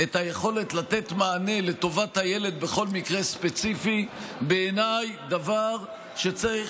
את היכולת לתת מענה לטובת הילד בכל מקרה ספציפי הוא דבר שבעיניי צריך,